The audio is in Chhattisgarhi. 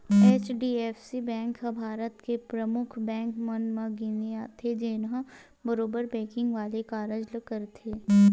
एच.डी.एफ.सी बेंक ह भारत के परमुख बेंक मन म गिनती आथे, जेनहा बरोबर बेंकिग वाले कारज ल करथे